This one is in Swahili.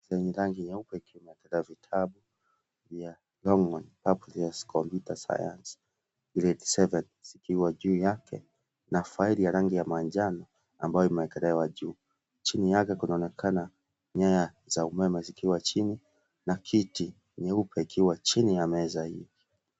Yenye rangi nyeupe ikiwa imewekelewa vitabu vya Longhorn Publishers Computer Science Grade seven zikiwa juu yake na faili ya rangi ya manjano ambayo imewekelewa juu, chini yake kunaonekana nyaya za umeme zikiwa chini, na kiti nyeupe ikiwa chini ya meza hii.